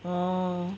oh